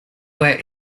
where